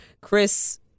Chris